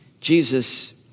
Jesus